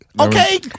Okay